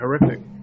horrific